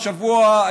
השבוע,